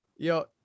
Yo